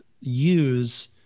use